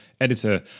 editor